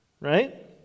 right